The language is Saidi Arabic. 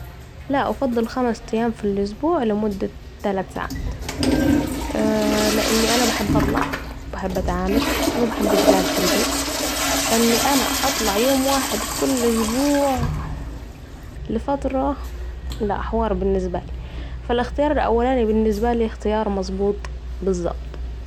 لأ افضل خمس ايام في الاسبوع لمدة تلت ساعات، اييي لان أنا بحب اطلع و بحب اتعامل و محبش قعدة البيت ف أن أنا اطلع يوم واحد كل ا سبوع و اقعد بره لفتره لأ حوار بالنسبة بالي فا لا الاختيار الاولاني بالنسبة بالي اختيار مظبوط بالظبط